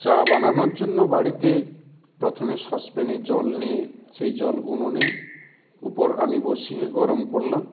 চা বানানোর জন্য বাড়িতে প্রথমে সসপ্যানে জল নিয়ে সেই জল উনুনে উপর আমি বসিয়ে গরম করলাম